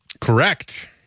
Correct